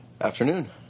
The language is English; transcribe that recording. Afternoon